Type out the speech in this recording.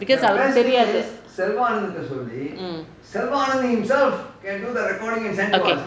because mm okay